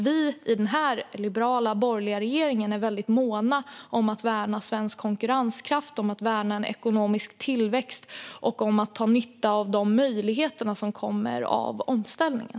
Vi i den liberala borgerliga regeringen är väldigt måna om att värna svensk konkurrenskraft och en ekonomisk tillväxt och att dra nytta av de möjligheter som kommer av omställningen.